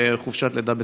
לחופשת לידה בתשלום.